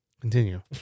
Continue